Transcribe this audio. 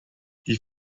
die